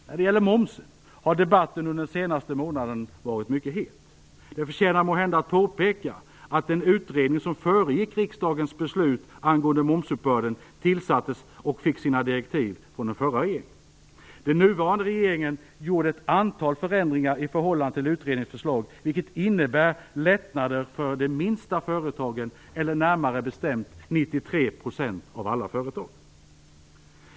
När det gäller momsen har debatten under den senaste månaden varit mycket het. Det förtjänar måhända att påpekas, att den utredning som föregick riksdagens beslut angående momsuppbörden tillsattes av, och fick sina direktiv från, den förra regeringen. Den nuvarande regeringen gjorde ett antal förändringar i förhållande till utredningens förslag, vilka innebar lättnader för de minsta företagen, eller närmare bestämt för 93 % av alla företag.